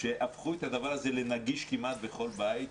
שהפכו את הדבר הזה לנגיש כמעט בכל בית.